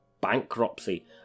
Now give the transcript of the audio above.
bankruptcy